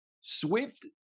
swift